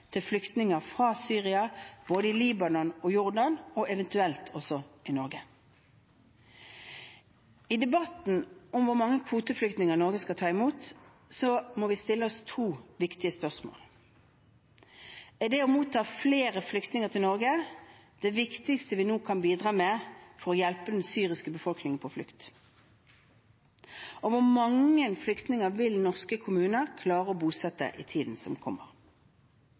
til flyktninger fra Syria både i Libanon og Jordan, og eventuelt også i Norge. I debatten om hvor mange kvoteflyktninger Norge skal ta imot, må vi stille oss to viktige spørsmål: Er det å motta flere flyktninger til Norge det viktigste vi nå kan bidra med for å hjelpe den syriske befolkningen på flukt? Og hvor mange flyktninger vil norske kommuner klare å bosette i tiden som kommer?